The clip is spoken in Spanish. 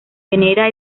venera